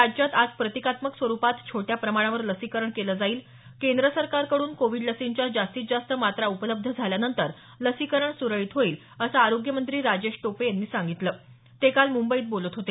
राज्यात आज प्रतिकात्मक स्वरूपात छोट्या प्रमाणावर लसीकरण केलं जाईल केंद्र सरकारकड्रन कोविड लसींच्या जास्तीत जास्त मात्रा उपलब्ध झाल्यानंतर लसीकरण सुरळीत होईल असं आरोग्य मंत्री राजेश टोपे यांनी सांगितलं ते काल मुंबईत बोलत होते